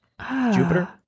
Jupiter